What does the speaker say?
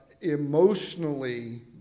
emotionally